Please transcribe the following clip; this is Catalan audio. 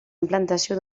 implantació